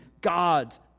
God's